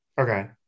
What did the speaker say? Okay